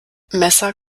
messer